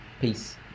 Peace